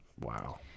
Wow